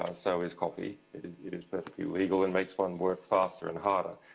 so is coffee, it is it is perfectly legal, and makes one work faster and harder.